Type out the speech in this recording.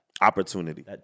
opportunity